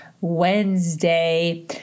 Wednesday